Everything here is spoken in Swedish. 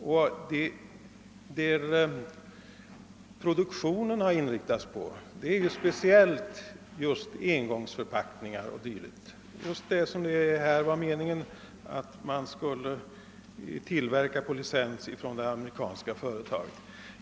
Det som produktionen har inriktats på är speciellt just engångsförpackningar och dylikt, just det som det var meningen att man skulle tillverka på licens från det amerikanska företaget.